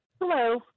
Hello